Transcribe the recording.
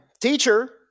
teacher